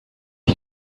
you